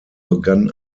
begann